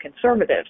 conservatives